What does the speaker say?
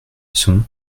sont